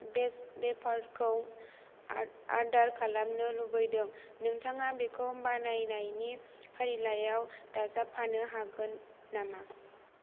वेफार्सखौ अर्दार खालामनो लुबैदों नोंथाङा बेखौ बायनायनि फारिलाइयाव दाजाबफानो हागोन नामा